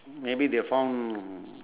maybe they found